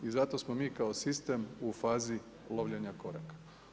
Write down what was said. I zato smo mi kao sistem u fazi lovljenja koraka.